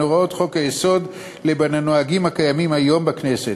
הוראות חוק-היסוד לבין הנהגים הקיימים היום בכנסת.